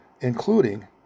including